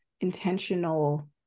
intentional